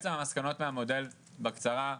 המסקנות מהמודל, בקצרה,